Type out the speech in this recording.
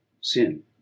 sin